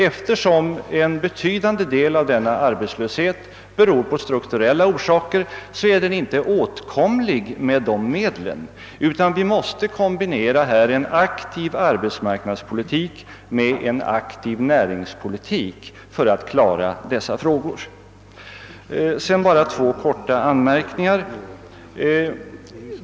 Eftersom arbetslöshe ten till betydande del har strukturella orsaker är den inte åtkomlig med dessa medel, utan vi måste kombinera en aktiv arbetsmarknadspolitik med en aktiv näringspolitik. Sedan bara två kortfattade anmärkningar.